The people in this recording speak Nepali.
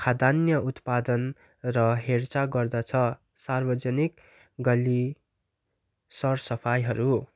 खाद्यान्न उत्पादन र हेरचाह गर्दछ सार्वजानिक गल्ली सर सफाइहरू